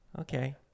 Okay